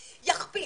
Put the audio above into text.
יכפיל,